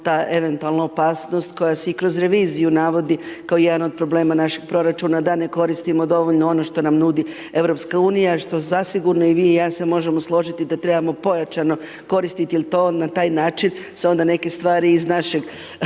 ta eventualna opasnost koja se i kroz reviziju navodi kao jedan od problema našeg proračuna da ne koristimo dovoljno ono što nam nudi EU, što zasigurno i vi i ja se možemo složiti da trebamo pojačano koristiti jel to na taj način se onda neke stvari iz našeg